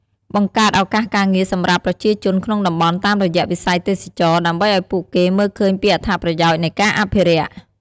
បង្កើតឱកាសការងារសម្រាប់ប្រជាជនក្នុងតំបន់តាមរយៈវិស័យទេសចរណ៍ ដើម្បីឱ្យពួកគេមើលឃើញពីអត្ថប្រយោជន៍នៃការអភិរក្ស។